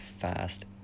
fast